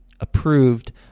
approved